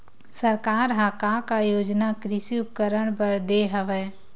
सरकार ह का का योजना कृषि उपकरण बर दे हवय?